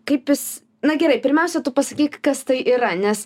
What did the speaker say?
kaip jis na gerai pirmiausia tu pasakyk kas tai yra nes